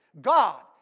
God